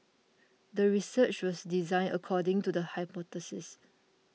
the research was designed according to the hypothesis